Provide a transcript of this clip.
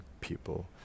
people